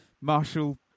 Marshall